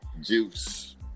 Juice